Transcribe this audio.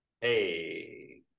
Hey